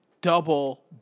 Double